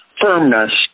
firmness